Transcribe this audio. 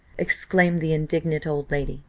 exclaimed the indignant old lady,